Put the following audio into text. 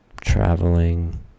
Traveling